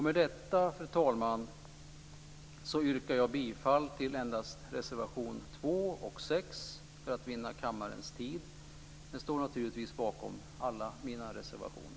Med detta, fru talman, yrkar jag, för att vinna tid åt kammaren, endast bifall till reservationerna 2 och 6. Men jag står naturligtvis bakom alla mina reservationer.